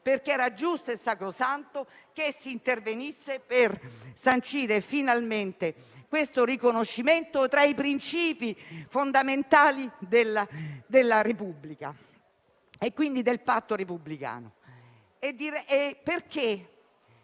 Era giusto e sacrosanto che si intervenisse per sancire finalmente questo riconoscimento tra i principi fondamentali della Repubblica e, quindi, del patto repubblicano. Siamo